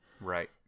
Right